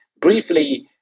briefly